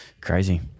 crazy